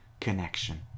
connection